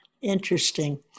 Interesting